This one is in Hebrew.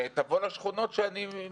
תבוא לשכונות שאני מכיר.